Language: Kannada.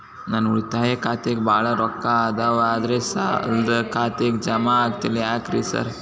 ನನ್ ಉಳಿತಾಯ ಖಾತ್ಯಾಗ ಬಾಳ್ ರೊಕ್ಕಾ ಅದಾವ ಆದ್ರೆ ಸಾಲ್ದ ಖಾತೆಗೆ ಜಮಾ ಆಗ್ತಿಲ್ಲ ಯಾಕ್ರೇ ಸಾರ್?